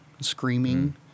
screaming